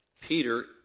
Peter